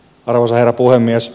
arvoisa herra puhemies